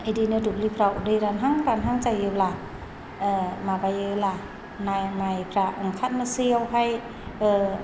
बिदिनो दुब्लिफोराव दै रानहां रानहां जायोब्ला माबायोब्ला माइफोरा ओंखारनोसैयावहाय